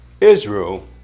Israel